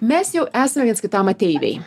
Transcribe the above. mes jau esame viens kitam ateiviai